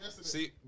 See